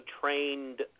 trained